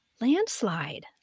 Landslide